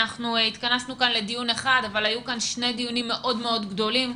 אנחנו התכנסנו כאן לדיון אחד אבל היו כאן שני דיונים מאוד מאוד גדולים,